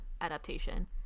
adaptation